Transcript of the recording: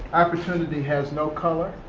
opportunity has no color,